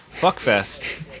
Fuckfest